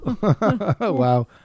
Wow